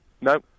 No